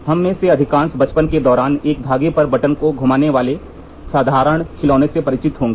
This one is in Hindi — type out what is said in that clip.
हम में से अधिकांश बचपन के दौरान एक धागे पर बटन को घुमाने वाले साधारण खिलौने से परिचित होंगे